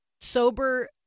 sober